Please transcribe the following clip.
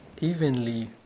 evenly